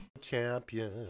Champion